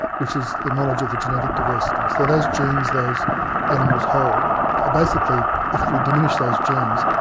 which is the knowledge of the genetic diversity. so those genes those animals hold ah basically, if we diminish those genes,